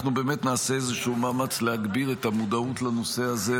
אנחנו באמת נעשה איזשהו מאמץ להגביר את המודעות לנושא הזה.